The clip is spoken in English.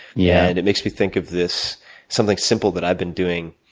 yeah and it makes me think of this something simple that i've been doing,